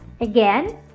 Again